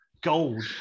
gold